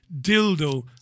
dildo